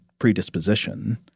predisposition